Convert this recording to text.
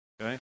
Okay